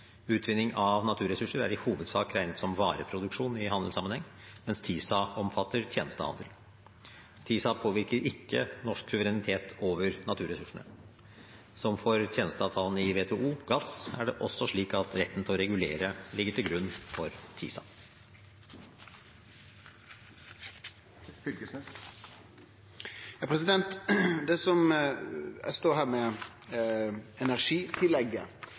Utvinning av naturressurser er i hovedsak regnet som vareproduksjon i handelssammenheng, mens TISA omfatter tjenestehandel. TISA påvirker ikke norsk suverenitet over naturressursene. Som for tjenesteavtalen i WTO, GATS, er det også slik at retten til å regulere ligger til grunn for TISA. Eg står her med energitillegget